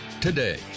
today